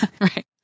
Right